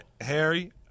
Harry